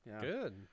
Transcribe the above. good